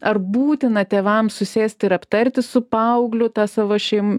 ar būtina tėvams susėsti ir aptarti su paaugliu tą savo šeim